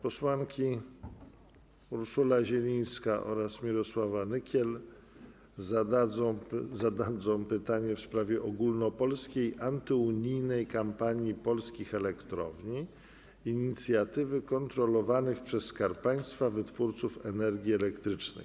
Posłanki Urszula Zielińska oraz Mirosława Nykiel zadadzą pytanie w sprawie ogólnopolskiej, antyunijnej kampanii Polskich Elektrowni - inicjatywy kontrolowanych przez Skarb Państwa wytwórców energii elektrycznej.